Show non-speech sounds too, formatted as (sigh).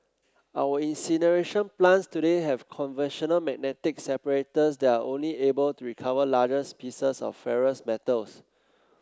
our incineration plants today have conventional magnetic separators that are only able to recover (unintelligible) pieces of ferrous metals